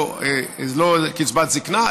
לא קצבת זקנה,